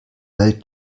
welt